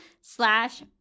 slash